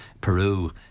Peru